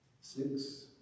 Six